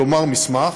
כלומר מסמך,